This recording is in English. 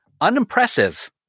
unimpressive